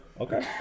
Okay